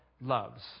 loves